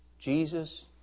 Jesus